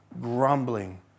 grumbling